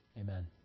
Amen